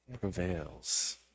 prevails